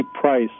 price